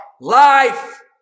life